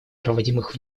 проводимых